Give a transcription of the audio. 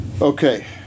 Okay